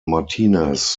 martinez